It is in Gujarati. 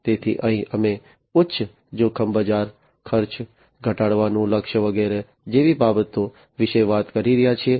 તેથી અહીં અમે ઉચ્ચ જોખમ બજાર ખર્ચ ઘટાડવાનું લક્ષ્ય વગેરે જેવી બાબતો વિશે વાત કરી રહ્યા છીએ